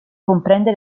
comprende